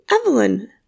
Evelyn